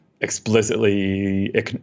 explicitly